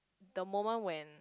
the moment when